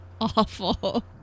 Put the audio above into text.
Awful